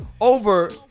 over